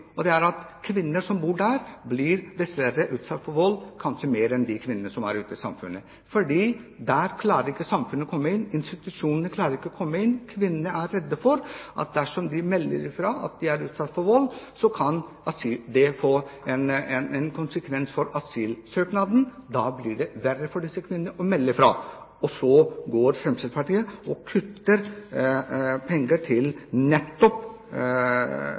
Kvinner som bor der, blir dessverre utsatt for vold, kanskje mer enn de kvinnene som er ute i samfunnet. Der klarer ikke samfunnet å komme inn, institusjonene klarer ikke å komme inn. Kvinnene er redde for at dersom de melder fra om at de er utsatt for vold, kan det få konsekvenser for asylsøknaden. Da blir det verre for disse kvinnene å melde fra. Og Fremskrittspartiet kutter penger til nettopp